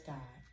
God